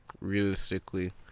Realistically